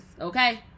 Okay